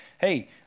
Hey